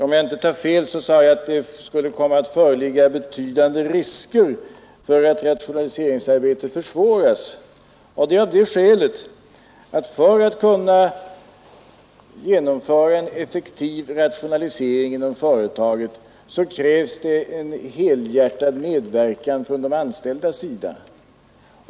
Om jag inte tar fel sade jag att det skulle komma att föreligga betydande risker för att rationaliseringsarbetet försvåras, och detta av det skälet att om man skall kunna genomföra en effektiv rationalisering inom företaget, krävs en helhjärtad medverkan från de anställda.